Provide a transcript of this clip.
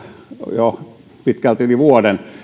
jo pitkälti yli vuoden